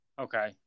Okay